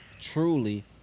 truly